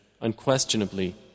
Unquestionably